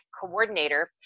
coordinator